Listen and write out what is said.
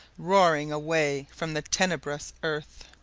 roaring away from the tenebrous earth.